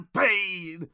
pain